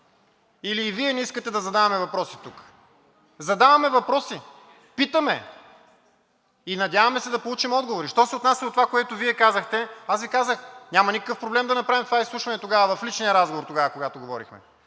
Или и Вие не искате да задаваме въпроси тук? Задаваме въпроси, питаме и надяваме се да получим отговори? Що се отнася до това, което Вие казахте, аз Ви казах, няма никакъв проблем да направим това изслушване, тогава, в личния разговор, когато говорихме.